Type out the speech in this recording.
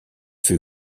fut